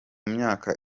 myaka